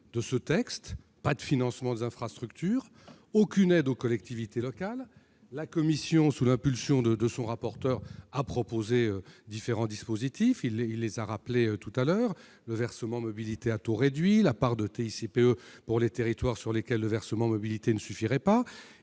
de ce texte : pas de financement des infrastructures, aucune aide aux collectivités locales. Aussi, la commission, sous l'impulsion de son rapporteur, a proposé différents dispositifs, que M. Mandelli a rappelés précédemment, à savoir le versement mobilité à taux réduit, une part de la TICPE à destination des territoires pour lesquels le versement mobilité ne suffirait pas.